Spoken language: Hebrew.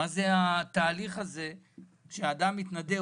ומה התהליך של אדם שמתנדב,